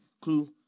clue